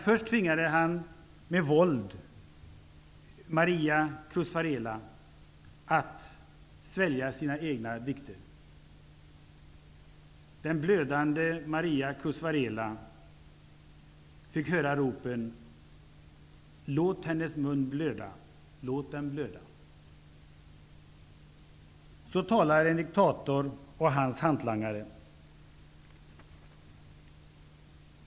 Först tvingade han med våld Maria Cruz Varela att svälja sina egna dikter. Den blödande Maria Cruz Varela fick höra ropen ''Låt hennes mun blöda! '', ''Låt den blöda!''. Så talar en diktator och hans hantlangare.